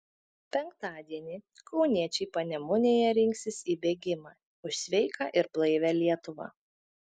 penktadienį kauniečiai panemunėje rinksis į bėgimą už sveiką ir blaivią lietuvą